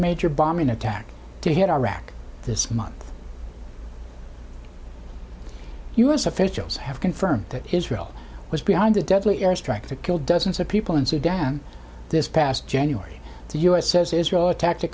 major bombing attack to hit iraq this month u s officials have confirmed that israel was behind the deadly airstrike that killed dozens of people in sudan this past january the u s says israel attacked a